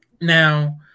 Now